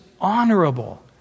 honorable